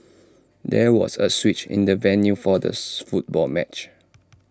there was A switch in the venue for the football match